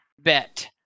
bet